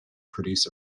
produce